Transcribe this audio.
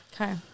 Okay